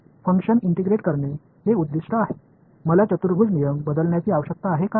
function integrate करणे हे उद्दीष्ट आहे मला चतुर्भुज नियम बदलण्याची आवश्यकता आहे का